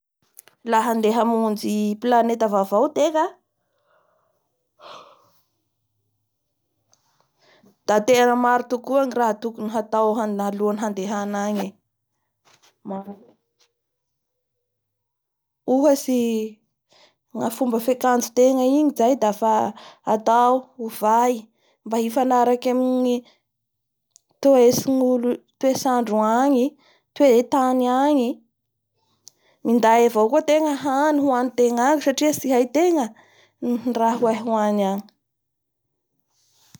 Laha handeha hamonjy planeta vaovao ategna da tena maro tokoa ny raha tokony hatao aohan'ny handehana agny e, ohatsy nga amin'ny fomba fiankanjotenga igny zayafa atao hovay mba hifanaraky amin'ny toetsin'gnolo toetrandro agny toetany agny e, minday avao ategna hany hoany tenga agny satria tsy haitenga ny rah ho hay hany agny